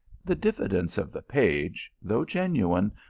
the diffidence of the page, though genuine,